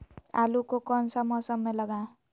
आलू को कौन सा मौसम में लगाए?